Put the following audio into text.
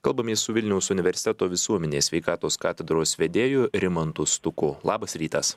kalbamės su vilniaus universiteto visuomenės sveikatos katedros vedėju rimantu stuku labas rytas